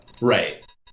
Right